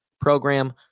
program